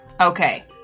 Okay